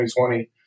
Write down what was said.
2020